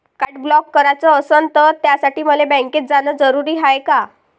Card block कराच असनं त त्यासाठी मले बँकेत जानं जरुरी हाय का?